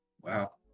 wow